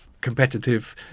competitive